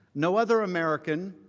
no other american